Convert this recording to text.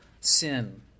sin